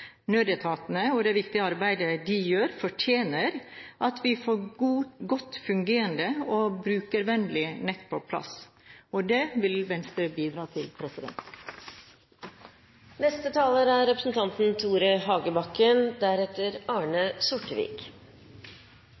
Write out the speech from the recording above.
Nødetatene og det viktige arbeidet de gjør, fortjener at vi får et godt fungerende og brukervennlig nett på plass. Det vil Venstre bidra til.